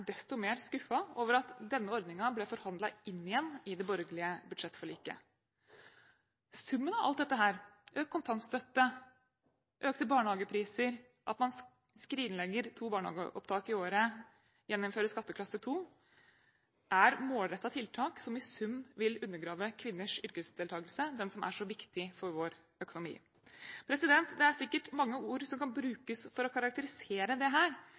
desto mer skuffet over at denne ordningen ble forhandlet inn igjen i det borgerlige budsjettforliket. Summen av alt dette, økt kontantstøtte, økte barnehagepriser, at man skrinlegger to barnehageopptak i året og gjeninnfører skatteklasse 2, er målrettede tiltak som i sum vil undergrave kvinners yrkesdeltakelse – den som er så viktig for vår økonomi. Det er sikkert mange ord som kan brukes for å karakterisere dette, men framtidsrettet er definitivt ikke et av dem. Det